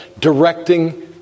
directing